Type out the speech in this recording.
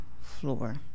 floor